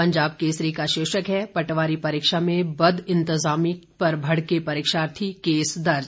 पंजाब केसरी का शीर्षक है पटवारी परीक्षा में बद इंतज़ामी पर भड़के परीक्षार्थी केस दर्ज